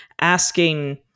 asking